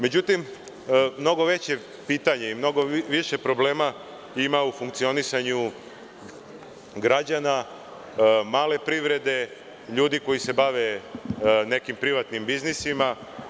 Međutim, mnogo veće pitanje i mnogo više problema ima u funkcionisanju građana, male privrede, ljudi koji se bave nekim privatnim biznisima.